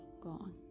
gone